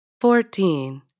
fourteen